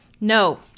No